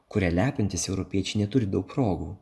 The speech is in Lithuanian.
kuria lepintis europiečiai neturi daug progų